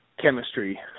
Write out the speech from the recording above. Chemistry